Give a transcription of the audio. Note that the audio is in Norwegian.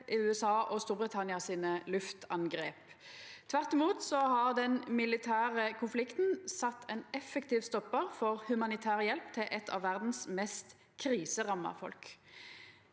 USA og Storbritannia sine luftangrep. Tvert imot har den militære konflikten sett ein effektiv stoppar for humanitær hjelp til eit av verdas mest kriseramma folk.